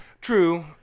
True